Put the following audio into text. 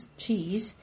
cheese